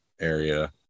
area